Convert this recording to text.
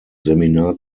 seminar